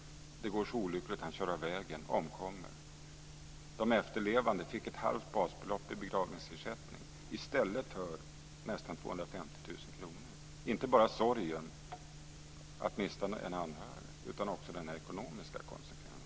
Det går så olyckligt att han kör av vägen och omkommer. De efterlevande fick ett halvt basbelopp i begravningsersättning i stället för nästan 250 000 kr. De drabbades inte bara av sorgen att mista en anhörig - det fick också den här ekonomiska konsekvensen.